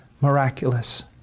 miraculous